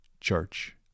church